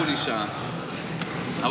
לא אמרו לי שעה, אבל